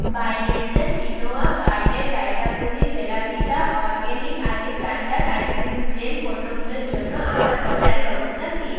by nature quinoa garden raita boondi Bella Vita organic eye lift under eye cream gel পণ্যগুলোর জন্য আমার অর্ডারের অবস্থা কী